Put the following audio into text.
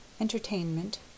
entertainment